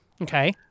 Okay